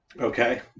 Okay